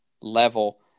level